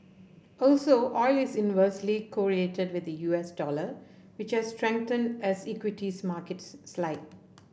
also oil is inversely correlated with the U S dollar which has strengthened as equities markets slid